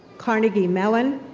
carnegie mellon,